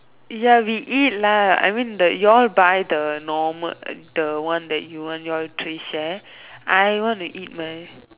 ya we eat lah I mean the you all by the normal the one that you want you all three share I wanna eat mine